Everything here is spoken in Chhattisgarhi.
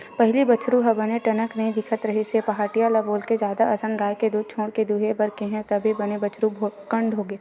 पहिली बछरु ह बने टनक नइ दिखत रिहिस पहाटिया ल बोलके जादा असन गाय के दूद छोड़ के दूहे बर केहेंव तब बने बछरु भोकंड होगे